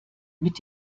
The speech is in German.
mit